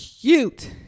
cute